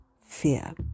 fear